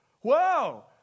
whoa